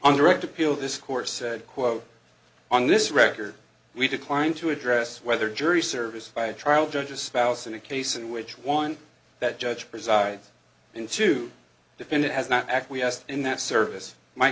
to appeal this court said quote on this record we decline to address whether jury service by a trial judge a spouse in a case in which one that judge presides and to defend it has not acquiesced in that service m